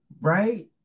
right